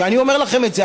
כשאני אומר לכם את זה,